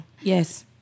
Yes